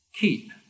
Keep